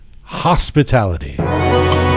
Hospitality